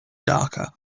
darker